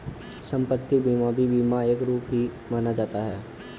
सम्पत्ति बीमा भी बीमा का एक रूप ही माना जाता है